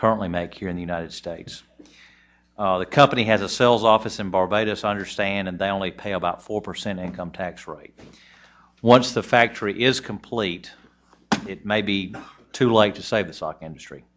currently make here in the united states the company has a sells office in barbados i understand and they only pay about four percent income tax rate once the factory is complete it may be too like to save a sock industry